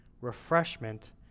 refreshment